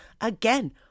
Again